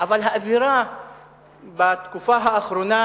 האווירה בתקופה האחרונה